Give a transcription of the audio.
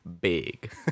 Big